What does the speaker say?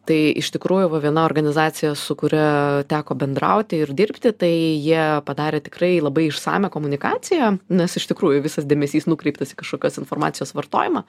tai iš tikrųjų va viena organizacija su kuria teko bendrauti ir dirbti tai jie padarė tikrai labai išsamią komunikaciją nes iš tikrųjų visas dėmesys nukreiptas į kažkokios informacijos vartojimą